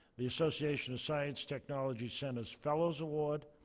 the association of science technology center's fellows award,